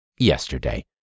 yesterday